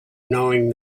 knowing